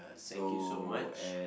thank you so much